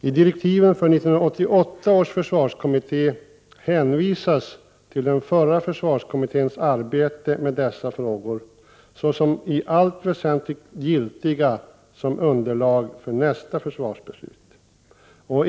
I direktiven för 1988 års försvarskommitté hänvisas till den förra försvarskommitténs arbete med dessa frågor såsom i allt väsentligt giltigt som underlag för nästa försvarsbeslut.